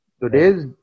Today's